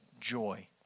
joy